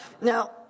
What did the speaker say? Now